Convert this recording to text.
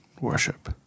worship